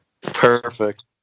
Perfect